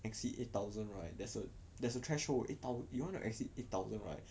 exceed eight thousand right there's a there's a threshold eight thou~ you want to exceed eight thousand right